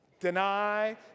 Deny